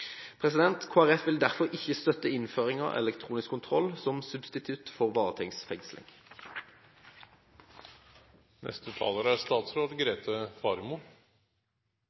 Kristelig Folkeparti vil derfor ikke støtte innføringen av elektronisk kontroll som substitutt for